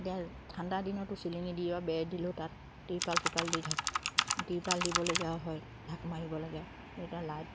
এতিয়া ঠাণ্ডা দিনতো চিলিঙি দিওঁ বেৰ দিলোঁ তাত তিৰপাল চিৰপাল দি ঢাকি তিৰপাল দিবলগীয়া হয় ঢাক মাৰিবলগীয়া লাইট